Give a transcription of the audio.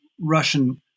Russian